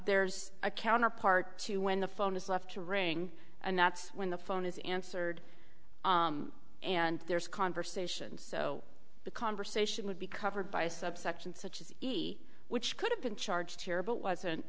there's a counterpart to when the phone is left to ring and that's when the phone is answered and there's a conversation so the conversation would be covered by subsection such as he which could have been charged here but wasn't